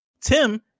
Tim